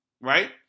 right